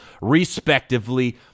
respectively